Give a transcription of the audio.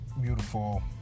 beautiful